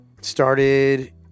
started